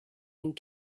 and